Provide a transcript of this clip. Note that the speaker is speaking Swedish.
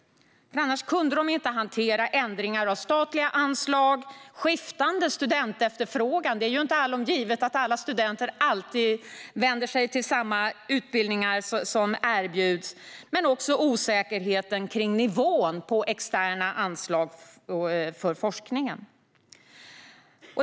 Annars kunde de inte hantera ändringar av statliga anslag, skiftande studentefterfrågan - det är ju inte givet att alla studenter alltid söker sig till samma utbildningar som erbjuds - och osäkerhet kring nivån på externa anslag för forskningen.